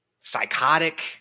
psychotic